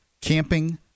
camping